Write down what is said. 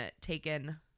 taken